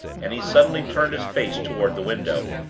and he suddenly turned his face toward the window,